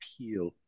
appeal